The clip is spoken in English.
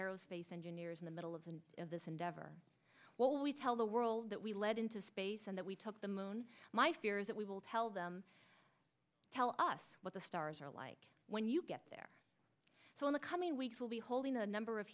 aerospace engineers in the middle of the end of this endeavor while we tell the world that we lead into space and that we took the moon my fears that we will tell them tell us what the stars are like when you get there so in the coming weeks we'll be holding a number of